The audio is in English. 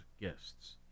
guests